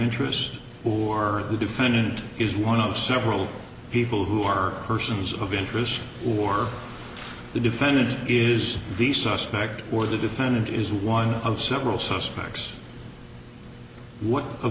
interest or the defendant is one of several people who are persons of interest or the defendant is the suspect or the defendant is one of several suspects